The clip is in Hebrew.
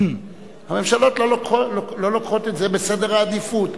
הרי כל הממשלות לא לוקחות את זה בסדר העדיפות,